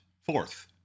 Fourth